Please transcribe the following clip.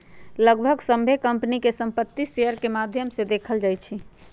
लगभग सभ्भे कम्पनी के संपत्ति शेयर के माद्धम से देखल जाई छई